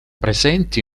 presenti